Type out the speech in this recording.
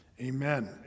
Amen